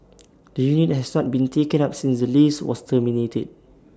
the unit has not been taken up since the lease was terminated